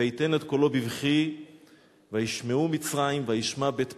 ויתן את קלו בבכי וישמעו מצרים וישמע בית פרעה",